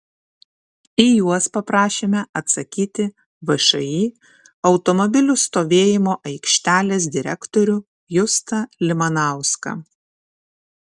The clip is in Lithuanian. į juos paprašėme atsakyti všį automobilių stovėjimo aikštelės direktorių justą limanauską